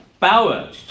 Power